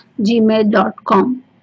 gmail.com